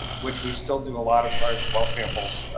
which we still do a lot of private well samples,